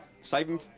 Saving